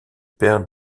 père